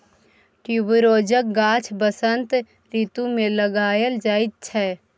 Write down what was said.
ट्युबरोजक गाछ बसंत रितु मे लगाएल जाइ छै